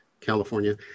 California